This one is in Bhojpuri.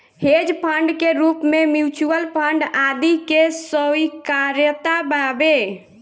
हेज फंड के रूप में म्यूच्यूअल फंड आदि के स्वीकार्यता बावे